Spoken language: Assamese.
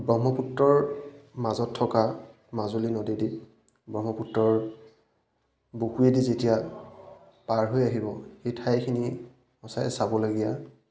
ব্ৰহ্মপুত্ৰৰ মাজত থকা মাজুলী নদীদ্বীপ ব্ৰহ্মপুত্ৰৰ বুকুৱেদি যেতিয়া পাৰ হৈ আহিব সেই ঠাইখিনি সঁচাই চাবলগীয়া